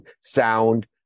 sound